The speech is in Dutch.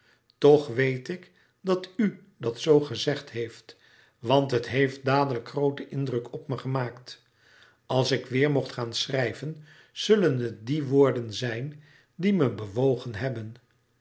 toch weet ik dat u dat zoo gezegd heeft want het heeft dadelijk grooten indruk op me gemaakt als ik weêr mocht gaan schrijven zullen het die woorden zijn die me bewogen hebben